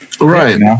right